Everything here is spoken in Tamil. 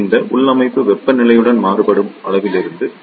இந்த உள்ளமைவு வெப்பநிலையுடன் மாறுபடும் அளவுருவிலிருந்து ஐ